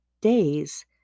days